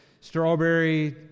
Strawberry